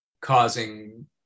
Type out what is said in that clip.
causing